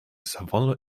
savanne